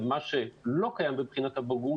במה שלא קיים בבחינת הבגרות,